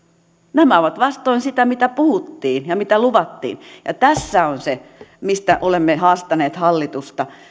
nämä ovat vastoin sitä mitä puhuttiin ja mitä luvattiin tässä on se mistä olemme haastaneet hallitusta